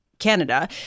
Canada